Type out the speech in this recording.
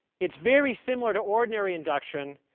it's very similar to ordinary induction,